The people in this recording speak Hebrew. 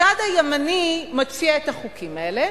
הצד הימני מציע את החוקים האלה,